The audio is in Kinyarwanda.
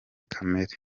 kamere